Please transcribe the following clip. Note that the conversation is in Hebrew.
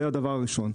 זה הדבר הראשון.